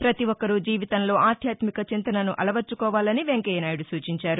పతి ఒక్కరూ జీవితంలో ఆధ్యాత్మిక చింతనను అలవర్చుకోవాలని వెంకయ్యనాయుడు సూచించారు